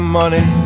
money